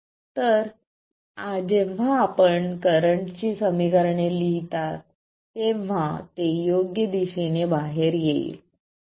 तर जेव्हा आपण करंट ची समीकरणे लिहिता तेव्हा ते योग्य दिशेने बाहेर येईल